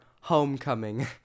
homecoming